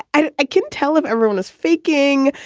i can't tell if everyone is faking.